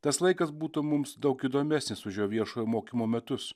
tas laikas būtų mums daug įdomesnis už jo viešojo mokymo metus